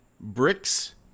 bricks